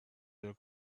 your